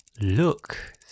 look